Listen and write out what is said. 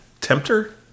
Tempter